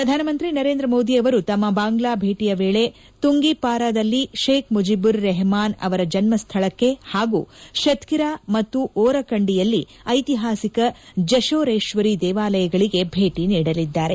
ಪ್ರಧಾನಮಂತ್ರಿ ನರೇಂದ್ರ ಮೋದಿಯವರು ತಮ್ಮ ಬಾಂಗ್ಲಾ ಭೇಟಿಯ ವೇಳೆ ತುಂಗಿಪಾರದಲ್ಲಿ ಶೇಬ್ ಮುಜೀಬರ್ ರೆಪಮಾನ್ ಅವರ ಜನ್ವಶ್ವಳಕ್ಕೆ ಪಾಗೂ ಶಕ್ಕಿರಾ ಮತ್ತು ಓರಕಂಡಿಯಲ್ಲಿ ಐತಿಹಾಸಿಕ ಜಶೋರೇಶ್ವರಿ ದೇವಾಲಯಗಳಿಗೆ ಭೇಟಿ ನೀಡಲಿದ್ದಾರೆ